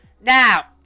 Now